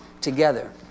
together